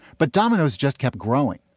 but domino's just kept growing.